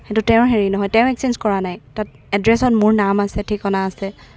সেইটো তেওঁৰ হেৰি নহয় তেওঁ এক্সচেঞ্জ কৰা নাই তাত এড্ৰেছত মোৰ নাম আছে ঠিকনা আছে